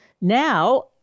Now